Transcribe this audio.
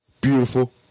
Beautiful